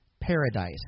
paradise